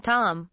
Tom